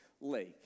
lake